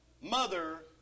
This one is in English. Mother